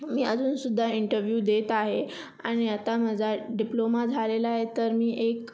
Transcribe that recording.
मी अजूनसुद्धा इंटरव्ह्यू देत आहे आणि आता माझा डिप्लोमा झालेला आहे तर मी एक